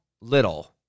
little